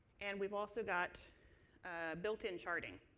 and we've also got built in charting.